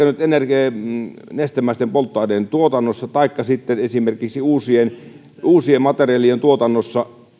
nyt energian ja nestemäisten polttoaineiden tuotannossa taikka sitten esimerkiksi uusien uusien materiaalien tuotannossa